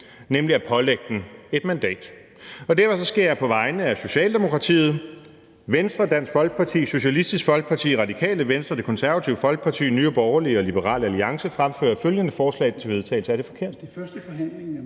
nemlig at pålægge den et mandat. Derfor skal jeg på vegne af Socialdemokratiet, Venstre, Dansk Folkeparti, Socialistisk Folkeparti, Radikale Venstre, Det Konservative Folkeparti, Nye Borgerlige og Liberal Alliance fremsætte følgende forslag til vedtagelse – er det forkert?